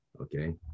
Okay